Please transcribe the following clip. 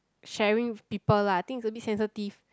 sharing with people lah I think is a bit sensitive